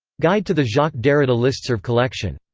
guide to the jacques derrida listserv collection.